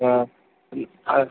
ஆ ம் ஆ